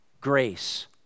grace